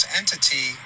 entity